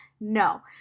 No